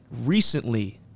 recently